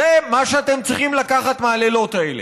זה מה שאתם צריכים לקחת מהלילות האלה: